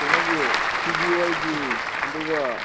ꯀꯩꯅꯣꯒꯤ ꯁꯤ ꯖꯤ ꯑꯦꯜꯒꯤ ꯑꯗꯨꯒ